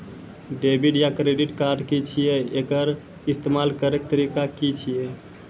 Debit या credit card की छियै? एकर इस्तेमाल करैक तरीका की छियै?